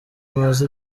maze